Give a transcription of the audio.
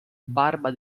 barba